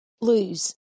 lose